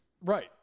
right